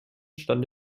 stand